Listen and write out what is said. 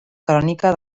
crònica